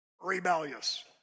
rebellious